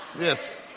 Yes